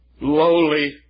lowly